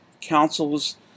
Council's